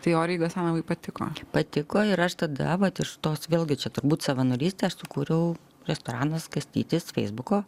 tai orijui gasanovui patiko patiko ir aš tada vat iš tos vėlgi čia turbūt savanorystės sukūriau restoranas kąstytis feisbuko